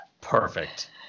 Perfect